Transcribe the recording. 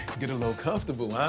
get a little comfortable, huh?